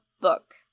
Book